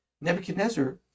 Nebuchadnezzar